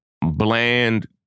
bland